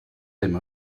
him